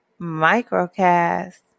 microcast